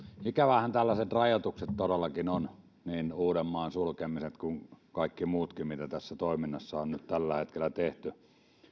ikäviähän tällaiset rajoitukset todellakin ovat niin uudenmaan sulkemiset kuin kaikki muutkin mitä tässä toiminnassa on nyt tällä hetkellä tehty